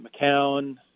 McCown